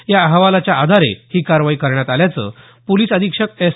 या अहवालाच्या आधारे ही कारवाई करण्यात आल्याचं पोलीस अधीक्षक एस